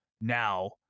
now